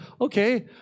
okay